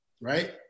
right